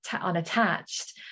unattached